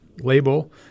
label